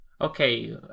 Okay